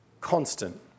constant